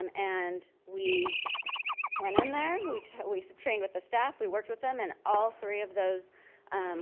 um and we went in there, we trained with trained with the staff, we worked with them and all three of those